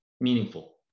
meaningful